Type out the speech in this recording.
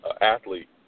athlete